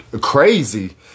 crazy